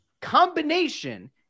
combination